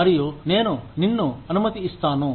మరియు నేను నిన్ను అనుమతి ఇస్తాను